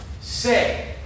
say